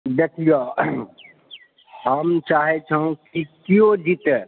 देखियौ हम चाहै छी केओ जीतए